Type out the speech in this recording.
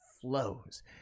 flows